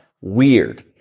weird